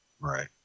Right